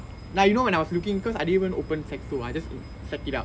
ya you know when I was looking cause I didn't even open sacso I just set it up